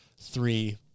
three